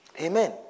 Amen